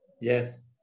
yes